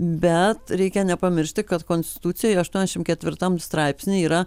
bet reikia nepamiršti kad konstitucijoj aštuoniašim ketvirtam straipsny yra